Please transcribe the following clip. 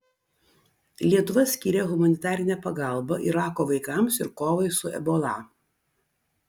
lietuva skyrė humanitarinę pagalbą irako vaikams ir kovai su ebola